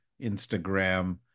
Instagram